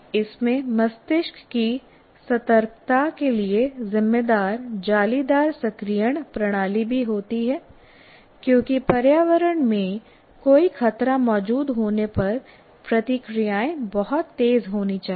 इसमें मस्तिष्क की सतर्कता के लिए जिम्मेदार जालीदार सक्रियण प्रणाली भी होती है क्योंकि पर्यावरण में कोई खतरा मौजूद होने पर प्रतिक्रियाएं बहुत तेज होनी चाहिए